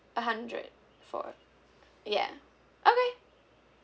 a hundred for ya okay